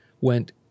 went